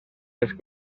les